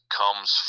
comes